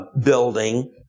building